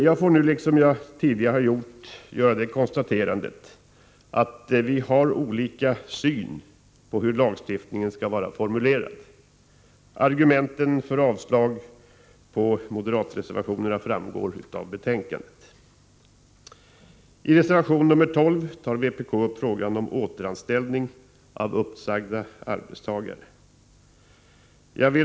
Jag får nu, i likhet med tidigare, göra det konstaterandet att vi har olika syn på hur lagstiftningen skall vara formulerad. Argumenten för vårt yrkande om avslag på moderatreservationerna framgår av betänkandet. I reservation 12 tar vpk upp frågan om återanställning av uppsagda arbetstagare.